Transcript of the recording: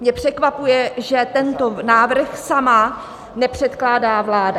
mě překvapuje, že tento návrh sama nepředkládá vláda.